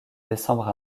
décembre